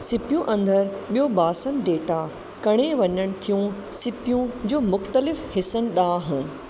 सिपियूं अंदरि ॿियो बासनि डेटा कणे वञणु थियूं सिपियूं जो मुख़्तलिफ़ु हिसनि ॾांहुं